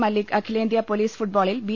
മല്ലിക് അഖിലേന്ത്യാ പോലീസ് ഫുട്ബോളിൽ ബി